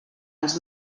ens